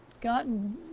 gotten